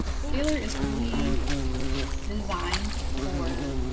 stiller is really designed for